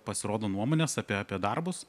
pasirodo nuomonės apie apie darbus